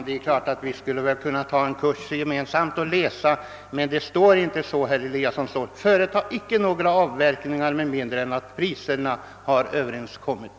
Herr talman! Vi skulle kanske kunna ta en kurs gemensamt i att läsa. Det står emellertid inte så som herr Eliasson säger utan det står »företag icke några avverkningar med mindre än att priserna har överenskommits».